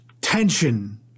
tension